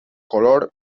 color